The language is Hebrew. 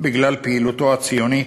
בגלל פעילותו הציונית.